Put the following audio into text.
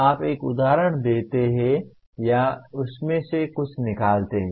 आप एक उदाहरण देते हैं या उसमें से कुछ निकालते हैं